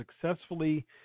successfully